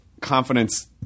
confidence